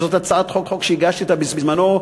וזאת הצעת חוק שהגשתי בזמני,